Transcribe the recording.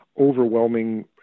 overwhelming